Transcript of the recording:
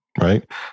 Right